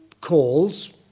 calls